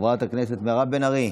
חברת הכנסת מירב בן ארי.